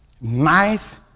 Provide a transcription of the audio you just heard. Nice